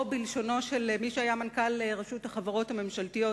או בלשונו של מי שהיה מנכ"ל רשות החברות הממשלתיות,